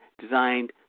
designed